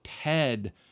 Ted